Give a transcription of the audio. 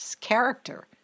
character